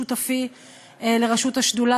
שותפי לראשות השדולה,